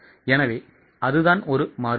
எனவே அதுதான் ஒரு மாறுபாடு